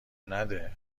نده